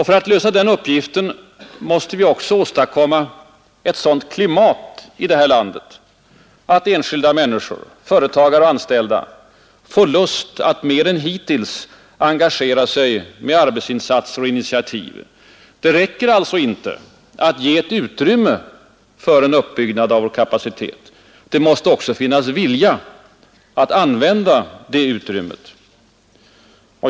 För att lösa den uppgiften måste vi också åstadkomma ett sådant klimat i vårt land, att enskilda människor — företagare och anställda — får lust att mer än hittills engagera sig med arbetsinsatser och initiativ. Det räcker alltså inte att ge utrymme för en kapacitetsutbyggnad. Det måste också finnas vilja att använda det utrymmet.